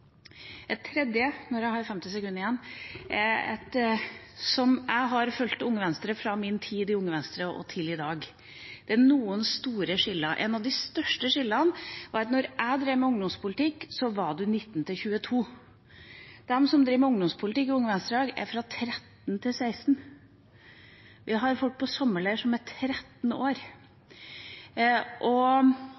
Jeg har fulgt Unge Venstre fra min tid i Unge Venstre og til i dag. Det er noen store skiller. Et av de største skillene er at da jeg drev med ungdomspolitikk, var man fra 19 til 22 år. De som driver med ungdomspolitikk for Unge Venstre i dag, er fra 13 til 16 år. Vi har folk på sommerleir som er 13 år.